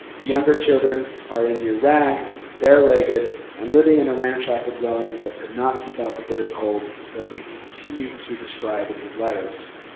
the younger children are in near rags, bare legged, and living in a ramshackle dwelling that could not keep out the bitter cold that lee continued to describe in his letters.